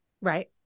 Right